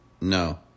No